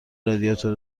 رادیاتور